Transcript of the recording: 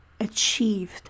achieved